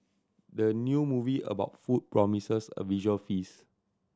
the new movie about food promises a visual feast